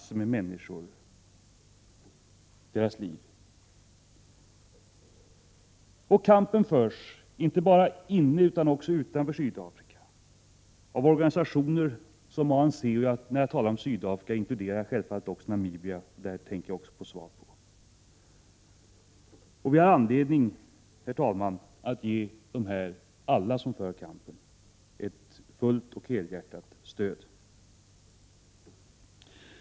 människor deras liv. Kampen förs inte bara i utan också utanför Sydafrika av organisationer som ANC och SWAPO - när jag talar om Sydafrika inkluderar jag självfallet Namibia. Vi har anledning att ge alla som för kampen ett fullt och helhjärtat stöd.